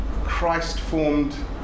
Christ-formed